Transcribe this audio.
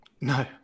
no